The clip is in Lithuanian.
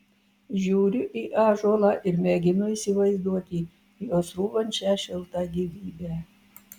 žiūriu į ąžuolą ir mėginu įsivaizduoti juo srūvančią šiltą gyvybę